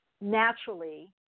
naturally